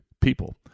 people